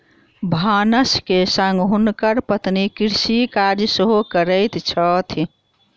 भानस के संग हुनकर पत्नी कृषि कार्य सेहो करैत छथि